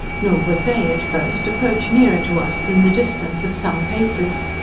nor would they, at first approach nearer to us than the distance of some paces.